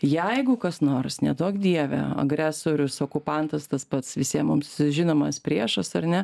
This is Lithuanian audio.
jeigu kas nors neduok dieve agresorius okupantas tas pats visiem mums žinomas priešas ar ne